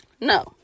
No